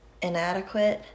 inadequate